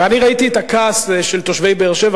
ואני ראיתי את הכעס של תושבי באר-שבע,